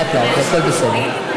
לאט-לאט, הכול בסדר.